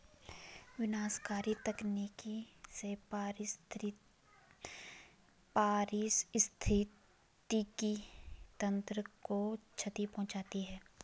विनाशकारी तकनीक से पारिस्थितिकी तंत्र को क्षति पहुँचती है